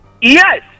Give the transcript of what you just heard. Yes